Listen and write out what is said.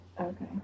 Okay